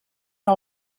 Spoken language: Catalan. que